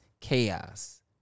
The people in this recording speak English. chaos